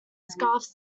scarf